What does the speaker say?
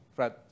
Fred